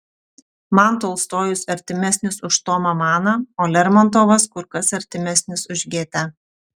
man tolstojus artimesnis už tomą maną o lermontovas kur kas artimesnis už gėtę